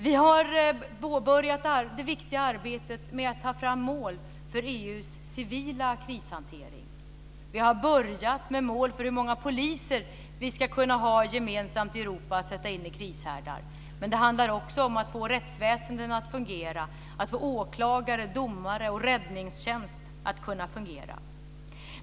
Vi har påbörjat det viktiga arbetet med att ta fram mål för EU:s civila krishantering. Vi har börjat med mål för hur många poliser vi ska kunna ha gemensamt i Europa att sätta in i krishärdar. Men det handlar också om att få rättsväsen att fungera, att få åklagare, domare och räddningstjänst att fungera.